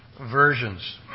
versions